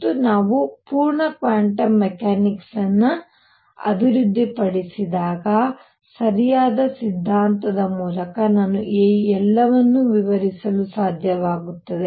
ಮತ್ತು ನಾವು ಪೂರ್ಣ ಕ್ವಾಂಟಮ್ ಮೆಕ್ಯಾನಿಕ್ಸ್ ಅನ್ನು ಅಭಿವೃದ್ಧಿಪಡಿಸಿದಾಗ ಸರಿಯಾದ ಸಿದ್ಧಾಂತದ ಮೂಲಕ ನಾನು ಈ ಎಲ್ಲವನ್ನು ವಿವರಿಸಲು ಸಾಧ್ಯವಾಗುತ್ತದೆ